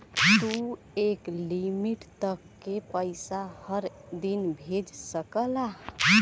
तू एक लिमिट तक के पइसा हर दिन भेज सकला